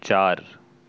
چار